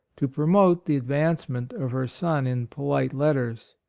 to promote the advancement of her son in polite letters.